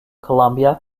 columbia